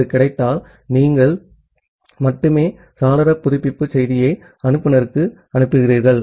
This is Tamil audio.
அது கிடைத்தால் நீங்கள் மட்டுமே சாளர புதுப்பிப்பு செய்தியை அனுப்புநருக்கு அனுப்புகிறீர்கள்